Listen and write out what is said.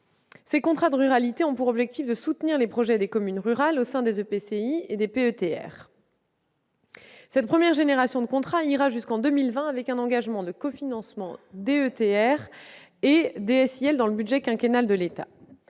Ces contrats de ruralité ont pour objet d'encourager les projets des communes rurales au sein des EPCI et des PETR. Cette première génération de contrats sera mise en oeuvre jusqu'en 2020, avec un engagement de cofinancement de la DETR et de la DSIL dans le budget quinquennal de l'État.